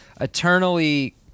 eternally